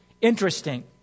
interesting